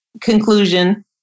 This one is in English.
conclusion